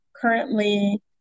currently